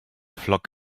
flock